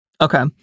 Okay